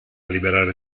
liberare